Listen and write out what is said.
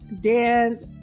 dance